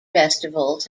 festivals